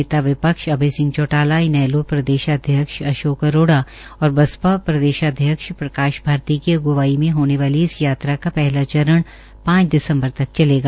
नेता विपक्ष अभय सिंह चौटाला इनैलो प्रदेशाध्यक्ष अशोक अरोडा और बसवा प्रदेशाध्यक्ष प्रकाश भारती की अग्वाई में होने वाली हस यात्रा का पहला चरण पांच दिसम्बर तक चलेगा